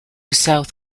south